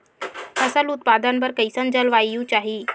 फसल उत्पादन बर कैसन जलवायु चाही?